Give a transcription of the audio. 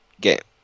get